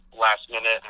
last-minute